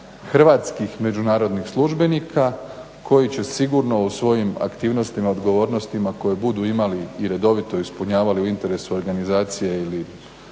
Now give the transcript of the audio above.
hrvatskih međunarodnih službenika koji će sigurno u svojim aktivnostima, odgovornostima koje budu imali i redovito ispunjavali u interesu organizacije ili misije